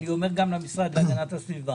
לעבור לרכבים החשמליים?